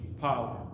power